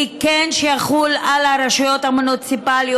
היא שזה כן יחול על הרשויות המוניציפליות,